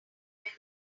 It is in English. month